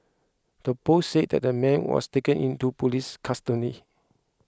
the post said that the man was taken into police custody